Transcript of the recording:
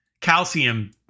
calcium